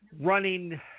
running